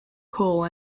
coal